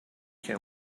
can